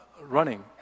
running